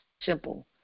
simple